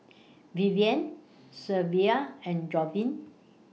Vivienne Shelvia and Javonte